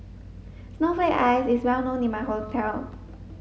snowflake ice is well known in my hometown